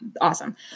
awesome